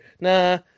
Nah